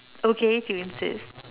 okay if you insist